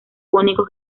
únicos